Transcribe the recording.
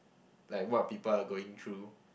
like what people are going through